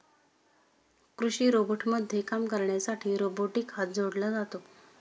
कृषी रोबोटमध्ये काम करण्यासाठी रोबोटिक हात जोडला जातो